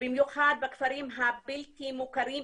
במיוחד בכפרים הבלתי מוכרים,